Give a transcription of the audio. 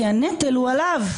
כי הנטל הוא עליו,